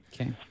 Okay